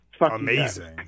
Amazing